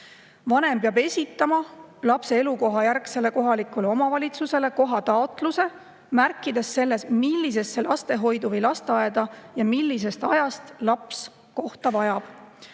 Vanem peab esitama lapse elukohajärgsele kohalikule omavalitsusele kohataotluse, märkides selles, millisesse lastehoidu või lasteaeda ja millisest ajast laps kohta vajab.